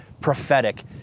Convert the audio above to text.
prophetic